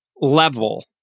level